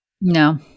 No